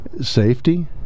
safety